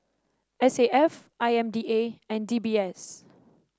S A F I M D A and D B S